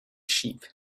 sheep